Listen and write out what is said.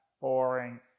boring